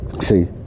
See